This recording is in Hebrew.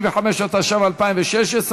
175), התשע"ו 2016,